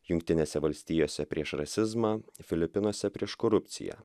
jungtinėse valstijose prieš rasizmą filipinuose prieš korupciją